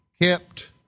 Kept